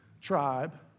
tribe